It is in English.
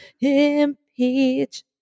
impeach